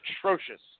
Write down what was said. atrocious